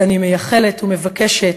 שאני מייחלת ומבקשת,